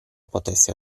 potesse